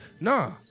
Nah